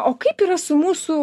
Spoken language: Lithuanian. o kaip yra su mūsų